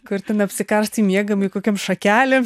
kur ten apsikarstai miegamąjį kokiom šakelėm